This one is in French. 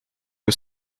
que